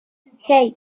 hey